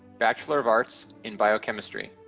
bachelor of arts in biochemistry.